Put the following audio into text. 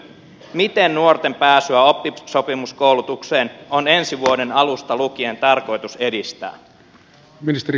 miten nuorten pääsyä oppisopimuskoulutukseen on ensi vuoden alusta lukien tarkoitus edistää